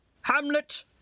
Hamlet